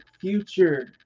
future